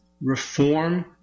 reform